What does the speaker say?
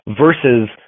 versus